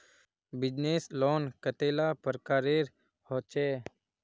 Business loan कतेला प्रकारेर होचे?